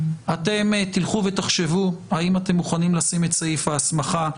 אתם תלכו ותחשבו האם אתם מוכנים לשים את סעיף ההסמכה,